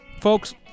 Folks